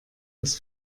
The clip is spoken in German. des